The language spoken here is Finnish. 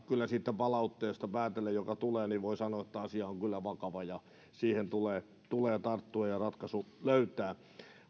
kyllä siitä palautteesta päätellen joka tulee voi sanoa että asia on kyllä vakava ja siihen tulee tulee tarttua ja ratkaisu löytää